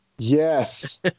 Yes